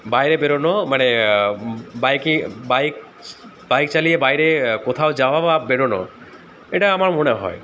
বাইরে বেরোনো মানে বাইকে বাইক বাইক চালিয়ে বাইরে কোথাও যাওয়া বা বেরোনো এটা আমার মনে হয়